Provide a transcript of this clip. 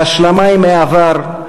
להשלמה עם העבר,